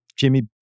Jimmy